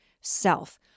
self